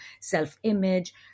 self-image